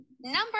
Number